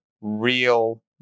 real